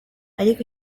ariko